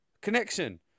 connection